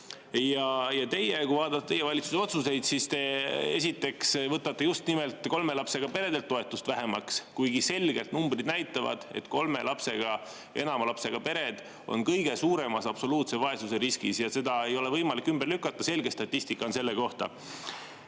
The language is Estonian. kadunud. Kui vaadata teie valitsuse otsuseid, siis te võtate just nimelt kolme lapsega peredelt toetust vähemaks, kuigi numbrid näitavad selgelt, et kolme ja enama lapsega pered on kõige suuremas absoluutse vaesuse riskis, ja seda ei ole võimalik ümber lükata, selge statistika on selle kohta.